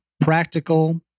practical